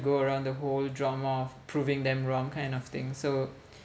go around the whole drama of proving them wrong kind of thing so